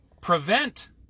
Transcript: prevent